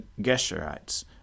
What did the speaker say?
Geshurites